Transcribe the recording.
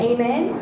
Amen